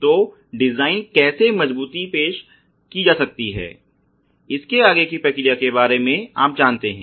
तो डिजाइन कैसे मजबूती पेश की जा सकती है इसके आगे की प्रक्रिया के बारे में आप जानते हैं